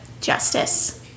Justice